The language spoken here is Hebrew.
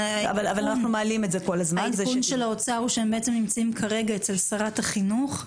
העדכון של אנשי משרד האוצר הוא שהם נמצאים כרגע אצל שרת החינוך.